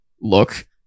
look